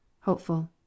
HOPEFUL